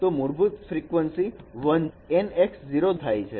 તો મૂળભૂત frequency 1 NX0 થાય છે